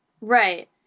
Right